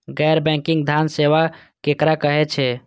गैर बैंकिंग धान सेवा केकरा कहे छे?